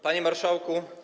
Panie Marszałku!